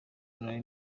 nari